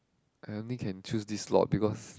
I only can choose this slot because